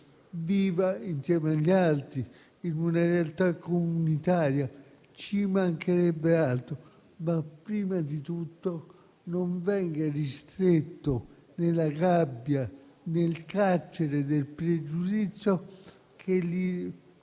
vivano insieme agli altri in una realtà comunitaria, ci mancherebbe altro, ma prima di tutto che non vengano ristretti nella gabbia, nel carcere del pregiudizio che li